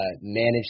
Manage